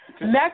Next